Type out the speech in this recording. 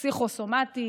פסיכוסומטי,